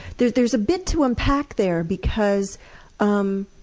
there's there's a bit to unpack there because um